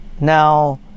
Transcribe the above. now